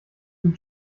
mit